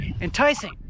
enticing